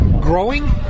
growing